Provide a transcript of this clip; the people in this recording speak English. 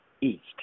East